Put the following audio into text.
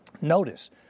Notice